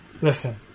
listen